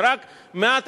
ורק מעט,